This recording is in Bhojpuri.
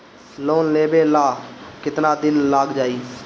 लोन लेबे ला कितना दिन लाग जाई?